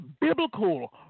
biblical